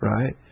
Right